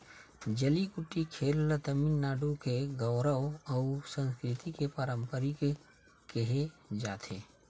जल्लीकट्टू खेल ल तमिलनाडु के गउरव अउ संस्कृति के परतीक केहे जाथे